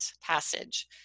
passage